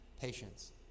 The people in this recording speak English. patience